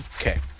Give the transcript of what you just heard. Okay